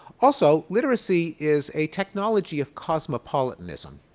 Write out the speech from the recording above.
also literacy is a technology of cosmopolitanism.